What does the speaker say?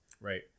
Right